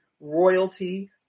Royalty